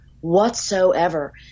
whatsoever